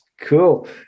Cool